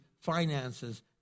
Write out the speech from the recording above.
finances